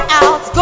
out